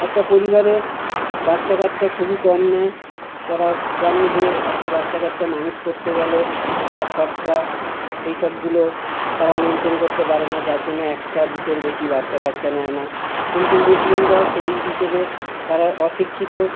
একটা পরিবারে বাচ্চা কাচ্চা খুবই কম নেয় তারা জানে যে একটা বাচ্চা কাচ্চা মানুষ করতে গেলে যা খরচা সেই সবগুলো তারা মেন্টেন করতে পারে না যার জন্য একটা দুটোর বেশি বাচ্চা কাচ্চা নেয় না কিন্তু মুসলিমরা সেই হিসেবে তারা অশিক্ষিত